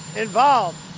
involved,